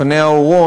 לפניה אורון,